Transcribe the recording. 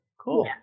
Cool